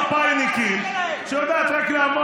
נראים לי כמו חבורת מפא"יניקים שיודעת רק לעמוד,